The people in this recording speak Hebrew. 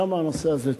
שם הנושא הזה צוין,